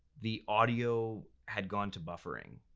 the audio had gone to buffering.